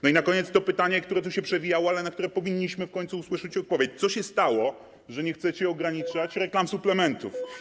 Na koniec pytanie, które się przewijało, na które powinniśmy w końcu usłyszeć odpowiedź: Co się stało, że nie chcecie ograniczać reklam suplementów?